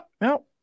no